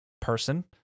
person